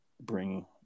bring